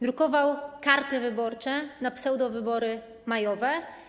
Drukował karty wyborcze na pseudowybory majowe.